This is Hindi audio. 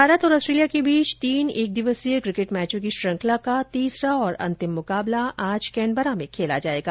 भारत और ऑस्ट्रेलिया के बीच तीन एक दिवसीय किकेट मैचों की श्रृंखला का तीसरा और अंतिम मुकाबला आज कैनबरा में खेला जाएगा